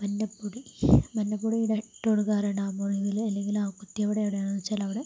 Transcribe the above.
മഞ്ഞപ്പൊടി മഞ്ഞപ്പൊടി ഇട്ടുകൊടുക്കാറുണ്ട് ആ മുറിവില് അല്ലെങ്കിൽ ആ കുത്തിയ ഇടം എവിടെയാന്ന് വെച്ചാൽ അവിടെ